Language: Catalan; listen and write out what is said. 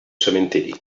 cementeri